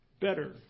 better